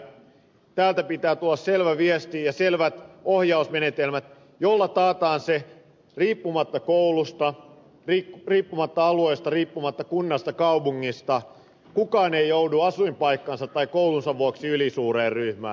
täältä pitää tulla selvä viesti ja selvät ohjausmenetelmät joilla taataan se riippumatta koulusta riippumatta alueesta riippumatta kunnasta kaupungista että kukaan ei joudu asuinpaikkansa tai koulunsa vuoksi ylisuureen ryhmään